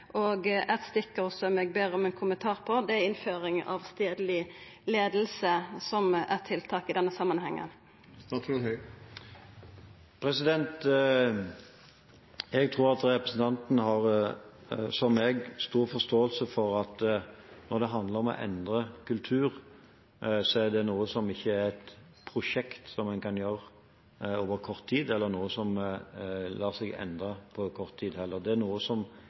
som eg ber om ein kommentar på, er innføring av stadleg leiing som eit tiltak i denne samanhengen. Jeg tror at representanten, som jeg, har stor forståelse for at når det handler om å endre kultur, er ikke det et prosjekt som en kan gjennomføre på kort tid, eller noe som lar seg endre på kort tid. Det er noe som